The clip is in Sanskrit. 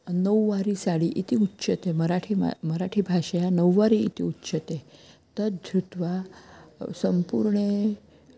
नौवारि साडि इति उच्यते मराठि म मराठिभाषया नौवारि इति उच्यते तद् धृत्वा सम्पूर्णे